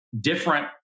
different